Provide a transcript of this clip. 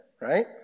Right